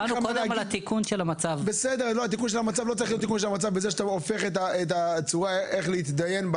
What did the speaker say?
תיקון המצב לא צריך להיות בכך שאתה הופך את הצורה איך להתדיין,